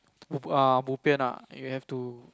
err bobian ah you have to